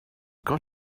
got